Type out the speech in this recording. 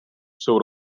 jsou